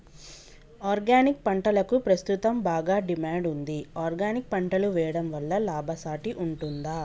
Organic పంటలకు ప్రస్తుతం బాగా డిమాండ్ ఉంది ఆర్గానిక్ పంటలు వేయడం వల్ల లాభసాటి ఉంటుందా?